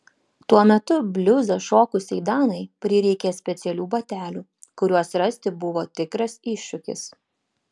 tuo metu bliuzą šokusiai danai prireikė specialių batelių kuriuos rasti buvo tikras iššūkis